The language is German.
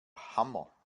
hammer